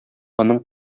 аның